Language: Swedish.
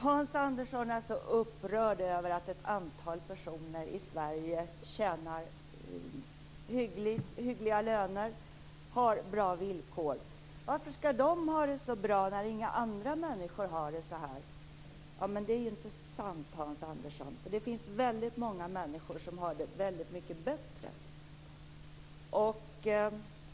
Hans Andersson är mycket upprörd över att ett antal personer i Sverige har hyggliga löner och bra villkor. Varför skall de ha det så bra när inga andra människor har det så? undrar han. Det är inte sant, Hans Anderson! Det finns väldigt många människor som har det väldigt mycket bättre.